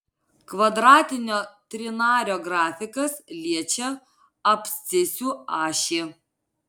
kvadratinio trinario grafikas liečia abscisių ašį